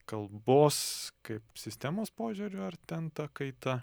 kalbos kaip sistemos požiūriu ar ten ta kaita